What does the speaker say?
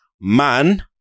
Man